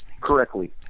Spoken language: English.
correctly